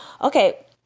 Okay